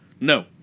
No